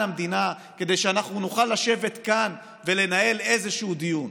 המדינה כדי שאנחנו נוכל לשבת כאן ולנהל איזשהו דיון.